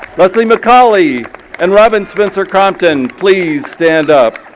leslie mccauley and robyn spencer-crompton please stand up.